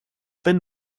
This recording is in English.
been